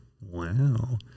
Wow